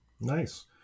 nice